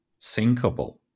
sinkable